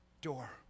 door